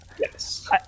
Yes